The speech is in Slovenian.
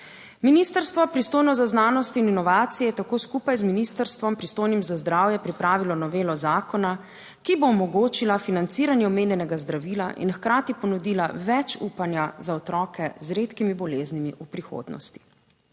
Ministrstvo, pristojno za znanost in inovacije, je tako skupaj z ministrstvom, pristojnim za zdravje, pripravilo novelo zakona, ki bo omogočila financiranje omenjenega zdravila in hkrati ponudila več upanja za otroke z redkimi boleznimi v prihodnosti.